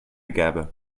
gäbe